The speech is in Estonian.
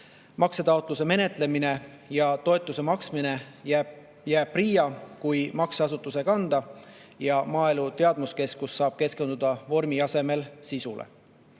Maksetaotluse menetlemine ja toetuse maksmine jääb PRIA kui makseasutuse kanda ja Maaelu Teadmuskeskus saab keskenduda vormi asemel sisule.